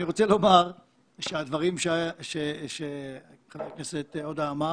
אני רוצה לומר שהדברים שחבר הכנסת עודה אמר